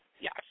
Yes